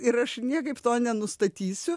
ir aš niekaip to nenustatysiu